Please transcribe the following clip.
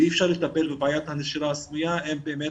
ואי אפשר לטפל בבעיית הנשירה הסמויה אם באמת